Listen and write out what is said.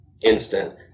instant